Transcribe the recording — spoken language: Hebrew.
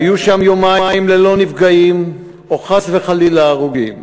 והיו שם יומיים ללא נפגעים או חס וחלילה הרוגים,